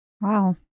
wow